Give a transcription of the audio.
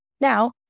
Now